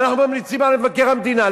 ואנחנו ממליצים על מבקר המדינה.